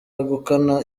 wegukana